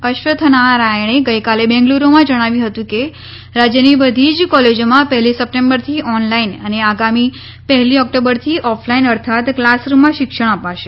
અશ્વથનારાયણે ગઈકાલે બેંગલુરૂમાં જણાવ્યું હતું કે રાજ્યની બધી જ કોલેજોમાં પહેલી સપ્ટેમ્બરથી ઓનલાઇન અને આગામી પહેલી ઓક્ટોબરથી ઓફલાઇન અર્થાત ક્લાસરૃમમાં શિક્ષણ અપાશે